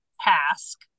task